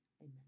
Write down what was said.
Amen